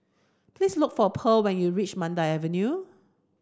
please look for Pearl when you reach Mandai Avenue